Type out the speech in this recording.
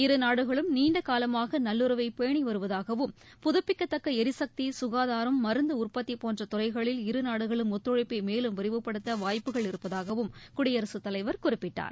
இரு நாடுகளும் நீண்டகாலமாக நல்லுறவை பேணி வருவதாகவும் புதுப்பிக்கத்தக்க ளிசக்தி சுகாதாரம் மருந்து உற்பத்தி போன்ற துறைகளில் இரு நாடுகளும் ஒத்துழைப்பை மேலும் விரிவுபடுத்த வாய்ப்புக்கள் இருப்பதாகவும் குடியரசுத்தலைவர் குறிப்பிட்டார்